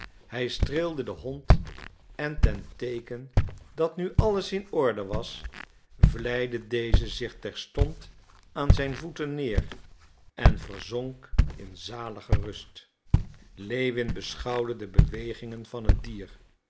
hij streelde den hond en ten teeken dat nu alles in orde was vlijde deze zich terstond aan zijn voeten neer en verzonk in zalige rust lewin beschouwde de bewegingen van het dier